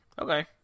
Okay